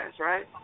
right